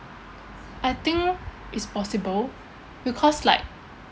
I think it's possible because like